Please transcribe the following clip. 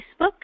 Facebook